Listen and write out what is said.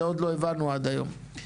זה עוד לא הבנו עד היום.